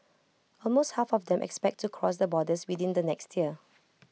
almost half of them expect to cross the borders within the next year